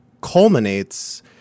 culminates